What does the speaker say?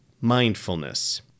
mindfulness